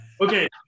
Okay